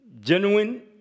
genuine